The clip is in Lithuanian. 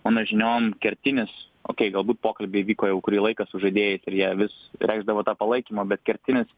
mano žiniom kertinis okei galbūt pokalbiai vyko jau kurį laiką su žaidėjais ir jie vis reikšdavo tą palaikymą bet kertinis